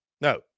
No